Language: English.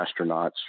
astronauts